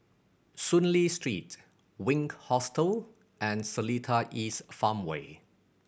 Soon Lee Street Wink Hostel and Seletar East Farmway